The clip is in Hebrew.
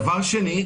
דבר שני,